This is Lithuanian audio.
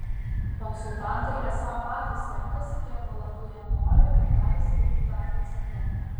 konsultantai esą patys renkasi kiek valandų jie nori ir gali skirti darbui centre